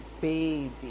baby